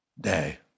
day